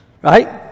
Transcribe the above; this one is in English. Right